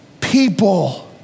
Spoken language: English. people